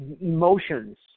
emotions